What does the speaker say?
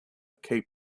cape